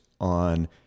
on